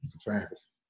Travis